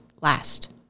last